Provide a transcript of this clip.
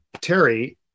Terry